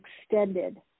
extended